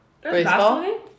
Baseball